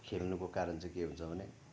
खेल्नुको कारण चाहिँ के हुन्छ भने